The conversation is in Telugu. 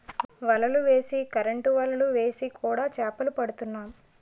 వలలు వేసి కరెంటు వలలు వేసి కూడా చేపలు పడుతున్నాం